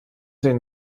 den